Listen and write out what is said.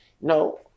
No